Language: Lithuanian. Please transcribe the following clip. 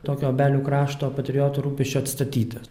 tokio obelių krašto patrioto rūpesčiu atstatytas